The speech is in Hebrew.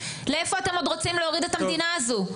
לאיפה אתם עוד רוצים להוריד את המדינה הזו?.